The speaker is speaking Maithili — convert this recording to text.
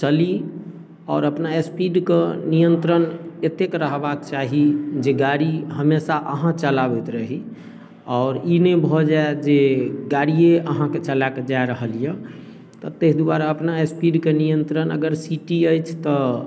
चली आओर अपना स्पीडके नियन्त्रण एतेक रहबाके चाही जे गाड़ी हमेशा अहाँ चलाबैत रही आओर ई नहि भऽ जाइ जे गाड़िए अहाँके चलाकऽ जा रहल अइ तऽ ताहि दुआरे अपना स्पीडके नियन्त्रण अगर सिटी अछि तऽ